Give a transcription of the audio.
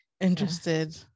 interested